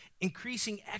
increasing